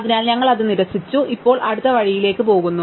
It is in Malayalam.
അതിനാൽ ഞങ്ങൾ അത് നിരസിച്ചു ഇപ്പോൾ ഞങ്ങൾ അടുത്ത വഴിയിലേക്ക് പോകുന്നു